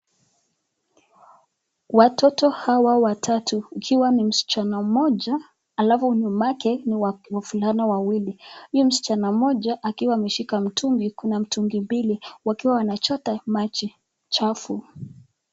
Watoto hawa watatu, ikiwa ni msichana moja, alafu nyuma yake ni wavulana wawili, huo msichana moja akiwa ameshika mtungi, kuna mtungi mbili wakiwa wanachota maji chafu.